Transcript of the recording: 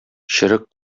черек